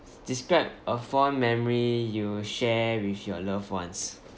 describe a fond memory you share with your loved ones